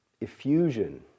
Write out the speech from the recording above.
effusion